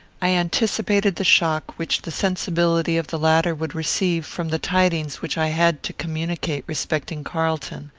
i anticipated the shock which the sensibility of the latter would receive from the tidings which i had to communicate respecting carlton.